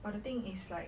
but the thing is like